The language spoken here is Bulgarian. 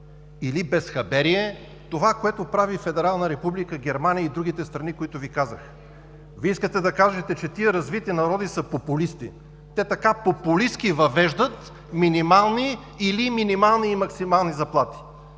или безхаберие това, което прави Федерална Република Германия и другите страни, които Ви казах. Вие искате да кажете, че тези развити народи са популисти, те така популистки въвеждат минимални и максимални заплати.